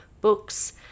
books